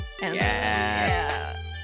Yes